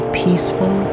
peaceful